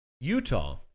Utah